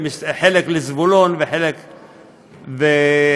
חלק לזבולון וחלק ,